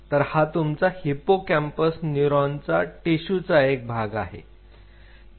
तर हा तुमचा हिपोकॅम्पस न्यूरॉनच्या टिशूचा एक भाग आहे